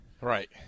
Right